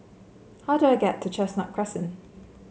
how do I get to Chestnut Crescent